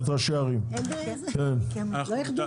ויכול להיות